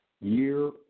year